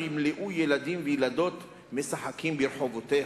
ימלאו ילדים וילדות משחקים ברחבתיה".